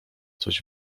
coś